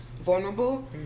vulnerable